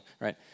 right